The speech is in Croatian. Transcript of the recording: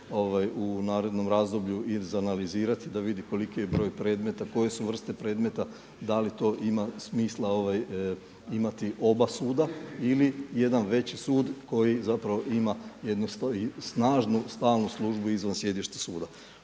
u narednom razdoblju izanalizirati da vidi koliki je broj predmeta koje su vrste predmeta, da li to ima smisla imati oba suda ili jedan veći sud koji ima jednu snažnu stalnu službu izvan sjedišta suda.